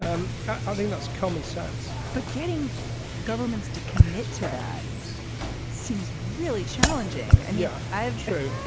um i think that's common sense but getting governments to commit to that seems really challenging. and yeah, i have to.